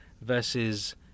versus